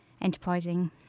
enterprising